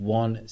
one